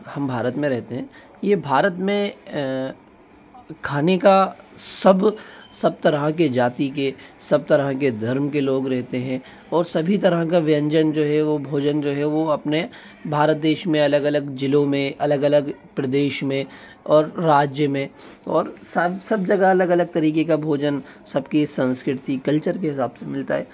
हम भारत में रहते हैं ये भारत में खाने का सब सब तरह के जाती के सब तरह के धर्म के लोग रहते हें और सभी तरह का व्यंजन जो हे वो भोजन जो है वो अपने भारत देश में अलग अलग ज़िलों में अलग अलग प्रदेश में और राज्य में और साब सब जगह अलग अलग तरीके का भोजन सबकी संस्कृति कल्चर के हिसाब से मिलता है